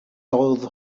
those